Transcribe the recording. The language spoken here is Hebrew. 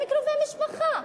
הם קרובי משפחה.